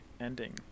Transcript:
ending